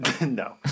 No